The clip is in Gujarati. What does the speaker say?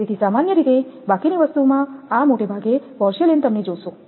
તેથી સામાન્ય રીતે બાકીની વસ્તુમાં આ મોટે ભાગે પોર્સેલેઇન તમે જોશો